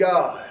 God